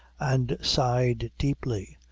and sighed deeply.